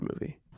movie